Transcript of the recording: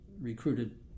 recruited